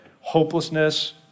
Hopelessness